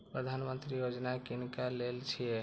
प्रधानमंत्री यौजना किनका लेल छिए?